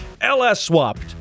LS-swapped